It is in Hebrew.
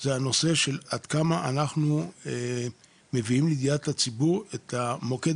היא הנושא של עד כמה אנחנו מביאים לידיעת הציבור את המוקד